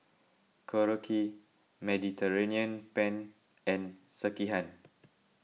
Korokke Mediterranean Penne and Sekihan